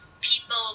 people